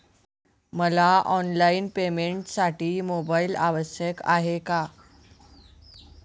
मला ऑनलाईन पेमेंटसाठी मोबाईल आवश्यक आहे का?